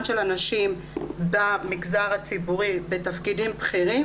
של הנשים במגזר הציבורי בתפקידים בכירים,